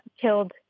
killed